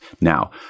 now